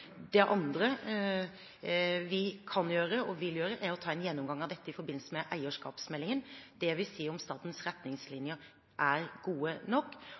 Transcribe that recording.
Det andre vi kan gjøre og vil gjøre, er å ta en gjennomgang av dette i forbindelse med eierskapsmeldingen – dvs. om statens retningslinjer er gode nok.